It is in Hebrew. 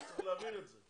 צריך להבין את זה.